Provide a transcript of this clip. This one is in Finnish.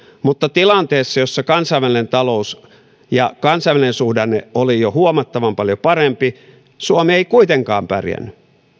mutta tilanteessa jossa kansainvälinen talous ja kansainvälinen suhdanne oli jo huomattavan paljon parempi suomi ei kuitenkaan pärjännyt